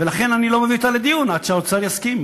ולכן אני לא מביא אותה לדיון עד שהאוצר יסכים.